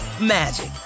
magic